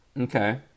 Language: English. Okay